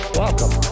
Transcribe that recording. welcome